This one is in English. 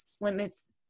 limits